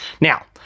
Now